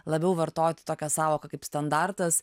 labiau vartoti tokią sąvoką kaip standartas